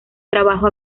trabajo